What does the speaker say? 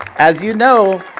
as you know,